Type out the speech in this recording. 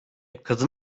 kadın